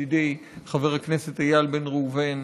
ידידי חבר הכנסת איל בן ראובן,